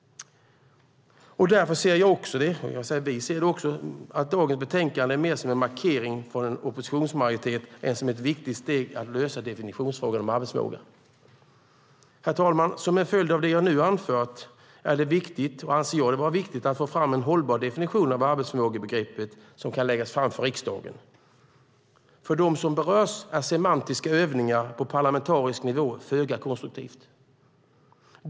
Därför ser vi dagens betänkande mer som en markering från en oppositionsmajoritet än som ett viktigt steg i att lösa definitionsfrågan om arbetsförmåga. Herr talman! Som en följd av det jag nu har anfört anser jag det vara viktigt att få fram en hållbar definition av arbetsförmågebegreppet som kan läggas fram för riksdagen. För dem som berörs är semantiska övningar på parlamentarisk nivå föga konstruktiva.